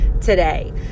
today